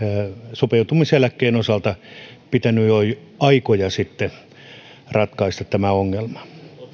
sopeutumiseläkkeen kohdalla pitänyt jo aikoja sitten ratkaista tämä ongelma